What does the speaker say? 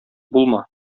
булма